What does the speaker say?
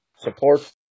support